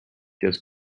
just